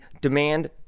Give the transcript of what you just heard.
demand